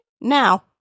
now